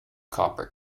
copper